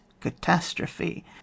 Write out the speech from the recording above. catastrophe